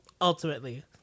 ultimately